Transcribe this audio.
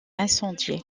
incendiée